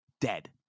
dead